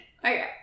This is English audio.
Okay